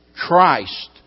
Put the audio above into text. Christ